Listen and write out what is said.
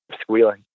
squealing